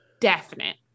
definite